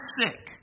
sick